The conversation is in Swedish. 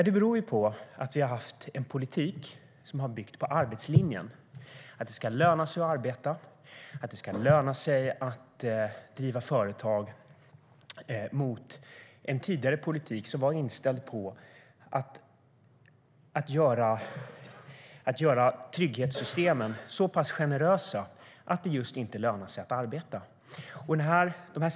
Det beror på att vi har haft en politik som har byggt på arbetslinjen, att det ska löna sig att arbeta och löna sig att driva företag, mot en tidigare politik som var inställd på att göra trygghetssystemen så pass generösa att det inte lönade sig att arbeta.